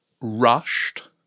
rushed